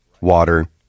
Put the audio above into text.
water